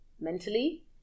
mentally